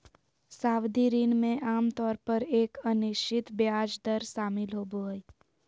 सावधि ऋण में आमतौर पर एक अनिश्चित ब्याज दर शामिल होबो हइ